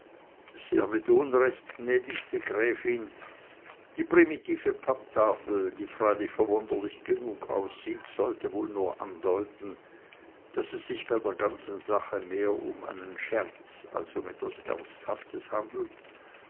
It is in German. sehr mit unrecht gnädigste gräfin die primitive papptafel die freilich verwunderlich genug aussieht sollte wohl nur andeuten daß es sich bei der ganzen sache mehr um einen scherz als um etwas ernsthaftes handelt